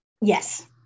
Yes